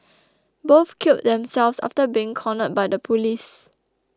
both killed themselves after being cornered by the police